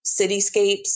cityscapes